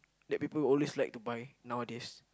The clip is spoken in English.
that people always like to buy nowadays